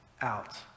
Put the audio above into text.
out